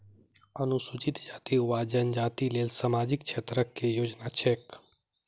अनुसूचित जाति वा जनजाति लेल सामाजिक क्षेत्रक केँ योजना छैक?